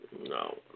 No